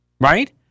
right